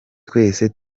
twese